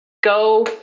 go